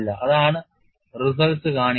അതാണ് റിസൾട്സ് കാണിക്കുന്നത്